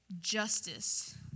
justice